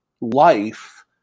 life